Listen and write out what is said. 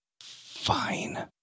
Fine